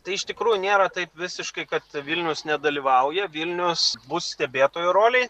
tai iš tikrųjų nėra taip visiškai kad vilnius nedalyvauja vilnius bus stebėtojo rolėj